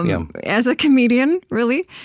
yeah as a comedian, really.